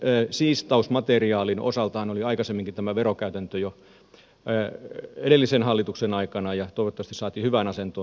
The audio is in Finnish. tämän siistausmateriaalin osaltahan oli aikaisemminkin tämä verokäytäntö jo edellisen hallituksen aikana ja toivottavasti se saatiin hyvään asentoon